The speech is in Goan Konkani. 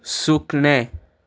सुकणें